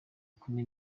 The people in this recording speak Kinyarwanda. kumi